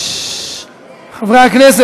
חברי הכנסת,